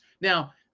Now